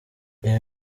iyo